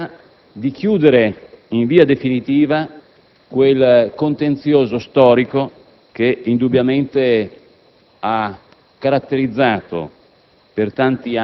e di chiudere, in via definitiva, quel contenzioso storico che, indubbiamente, ha caratterizzato